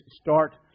start